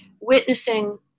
witnessing